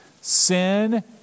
Sin